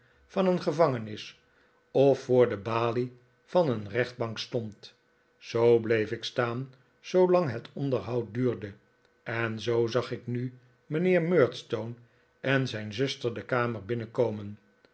van een gevangenis of voor de balie van een rechtbank stond zoo bleef ik staan zoolang het onderhoud duurde en zoo zag ik nu mijnheer murdstone en zijn zuster de kamer binnenkomen